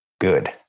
good